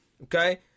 Okay